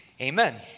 Amen